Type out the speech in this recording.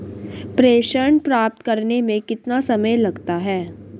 प्रेषण प्राप्त करने में कितना समय लगता है?